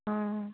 অঁ